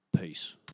Peace